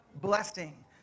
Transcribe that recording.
blessing